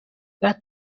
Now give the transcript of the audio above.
بعد